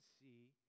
see